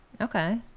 okay